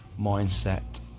mindset